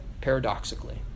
paradoxically